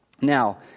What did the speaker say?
Now